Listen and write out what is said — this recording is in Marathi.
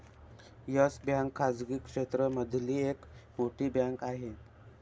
येस बँक खाजगी क्षेत्र मधली एक मोठी बँक आहे